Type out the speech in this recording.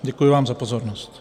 Děkuji vám za pozornost.